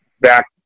back